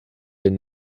been